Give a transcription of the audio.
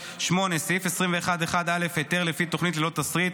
(8) סעיף 21 (1)(א) היתר לפי תוכנית ללא תשריט,